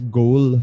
goal